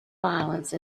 violence